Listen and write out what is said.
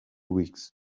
weeks